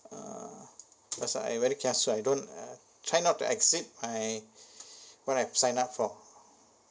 uh cause I very kiasu I don't uh try not to exceed I what I've sign up for